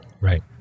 Right